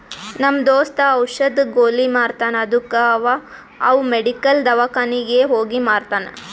ನಮ್ ದೋಸ್ತ ಔಷದ್, ಗೊಲಿ ಮಾರ್ತಾನ್ ಅದ್ದುಕ ಅವಾ ಅವ್ ಮೆಡಿಕಲ್, ದವ್ಕಾನಿಗ್ ಹೋಗಿ ಮಾರ್ತಾನ್